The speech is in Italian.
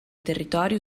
territori